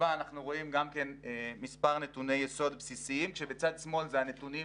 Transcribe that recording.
הבא אנחנו רואים מספר נתוני יסוד בסיסיים כשבצד שמאל זה הנתונים